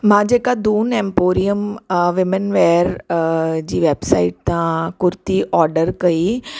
मां जेका Doon emporium women wear जी वेबसाइट था कुर्ती ऑडर कई